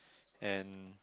and